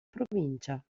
provincia